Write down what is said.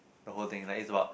the whole thing like it's about